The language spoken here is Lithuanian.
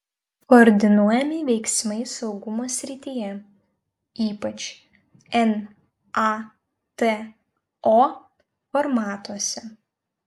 koordinuojami veiksmai saugumo srityje ypač nato formatuose